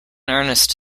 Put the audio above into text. earnest